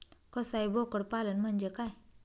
कसाई बोकड पालन म्हणजे काय?